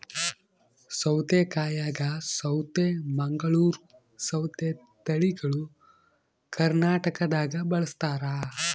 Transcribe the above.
ಸೌತೆಕಾಯಾಗ ಸೌತೆ ಮಂಗಳೂರ್ ಸೌತೆ ತಳಿಗಳು ಕರ್ನಾಟಕದಾಗ ಬಳಸ್ತಾರ